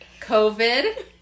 COVID